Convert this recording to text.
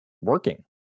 working